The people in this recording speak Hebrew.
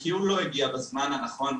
כי הוא לא הגיע בזמן הנכון,